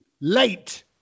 Late